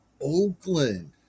oakland